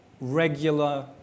regular